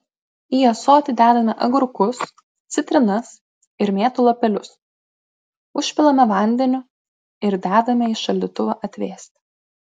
į ąsoti dedame agurkus citrinas ir mėtų lapelius užpilame vandeniu ir dedame į šaldytuvą atvėsti